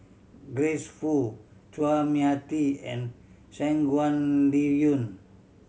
Grace Fu Chua Mia Tee and Shangguan Liuyun